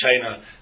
China